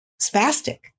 spastic